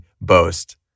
boast